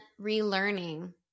relearning